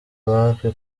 wapi